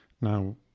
Now